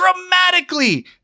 dramatically